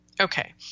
Okay